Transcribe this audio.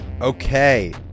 Okay